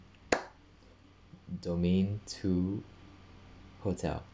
domain two hotel